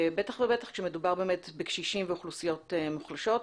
בטח ובטח שמדובר באמת בקשישים ואוכלוסיות מוחלשות,